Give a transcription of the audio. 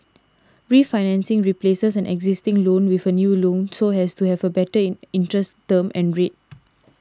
refinancing replaces an existing loan with a new loan so as to have a better interest term and rate